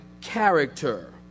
character